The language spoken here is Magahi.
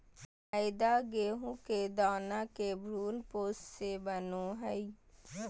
मैदा गेहूं के दाना के भ्रूणपोष से बनो हइ